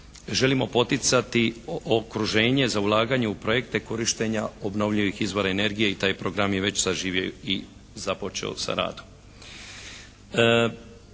želimo poticati okruženje za ulaganje u projekte korištenja obnovljivih izvora energije i taj program je već saživio i započeo sa radom.